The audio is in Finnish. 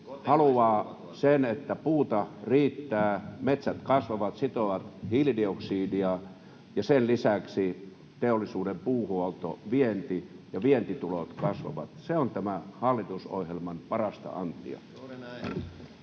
haluaa sen, että puuta riittää, metsät kasvavat, sitovat hiilidioksidia, ja sen lisäksi teollisuuden puuhuolto, vienti ja vientitulot kasvavat. Se on tämän hallitusohjelman parasta antia.